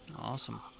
awesome